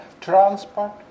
transport